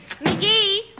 McGee